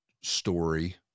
story